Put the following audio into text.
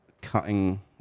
cutting